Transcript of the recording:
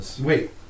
Wait